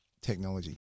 technology